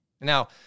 Now